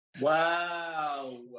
Wow